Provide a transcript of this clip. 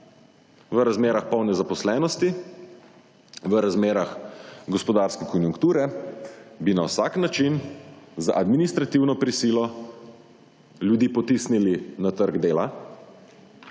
v razmerah polne zaposlenosti, v razmerah gospodarske konjunkture, bi na vsak način z administrativno prisilo ljudi potisnili na trg dela,